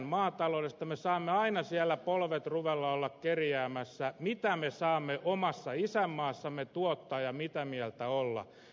me saamme aina siellä polvet ruvella olla kerjäämässä mitä me saamme omassa isänmaassamme tuottaa ja mitä mieltä olla